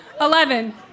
Eleven